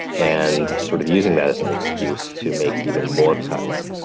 and sort of using that as an excuse to make even more cuts.